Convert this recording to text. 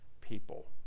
people